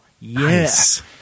Yes